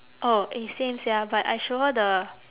oh eh same sia but I show her the